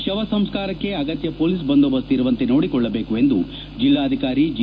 ಶವಸಂಸ್ಕಾರಕ್ಕೆ ಅಗತ್ಯ ಪೊಲೀಸ್ ಬಂದೋಬಸ್ತ್ ಇರುವಂತೆ ನೋಡಿಕೊಳ್ಳಬೇಕು ಎಂದು ಜಿಲ್ಲಾಧಿಕಾರಿ ಜಿ